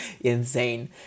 insane